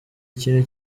ikintu